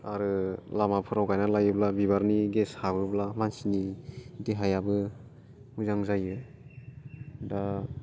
आरो लामाफोराव गायना लायोब्ला बिबारनि गेस हाबोब्ला मानसिनि देहायाबो मोजां जायो दा